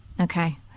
Okay